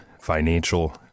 financial